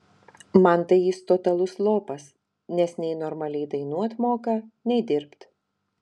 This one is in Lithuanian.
man tai jis totalus lopas nes nei normaliai dainuot moka nei dirbt